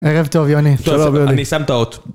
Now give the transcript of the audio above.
ערב טוב, יוני. שלום, יוני. טוב, אני שם את האות.